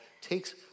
takes